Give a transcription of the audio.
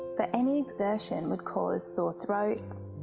but any exertion would cause sore throats,